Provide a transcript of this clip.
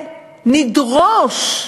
במקום שנדרוש,